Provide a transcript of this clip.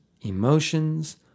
emotions